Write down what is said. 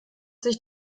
sich